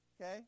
Okay